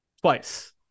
twice